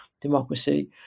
democracy